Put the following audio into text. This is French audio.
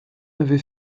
avait